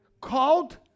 called